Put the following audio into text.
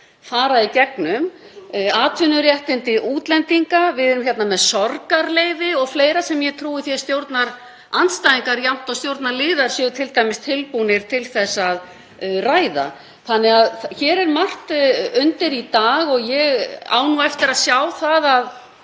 fara í gegn; atvinnuréttindi útlendinga, við erum hérna með mál um sorgarleyfi og fleira sem ég trúi því að stjórnarandstæðingar jafnt sem stjórnarliðar séu tilbúnir til þess að ræða. Þannig að hér er margt undir í dag og ég á nú eftir að sjá það að